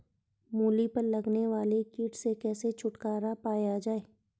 मूली पर लगने वाले कीट से कैसे छुटकारा पाया जाये?